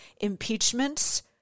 Impeachments